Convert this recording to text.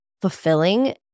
fulfilling